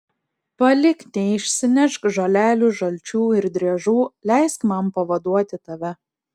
palik neišsinešk žolelių žalčių ir driežų leisk man pavaduoti tave